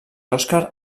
oscar